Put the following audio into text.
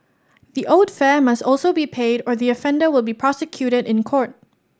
the owed fare must also be paid or the offender will be prosecuted in court